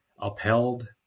upheld